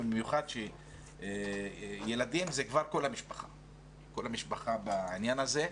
במיוחד שילדים זה כבר כל המשפחה בעניין הזה.